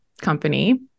company